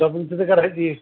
शॉपिन तिथे करायची